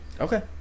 okay